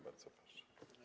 Bardzo proszę.